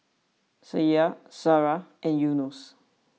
Syah Sarah and Yunos